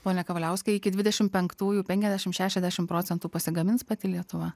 pone kavaliauskai iki dvidešim penktųjų penkiasdešim šešiasdešim procentų pasigamins pati lietuva